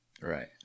Right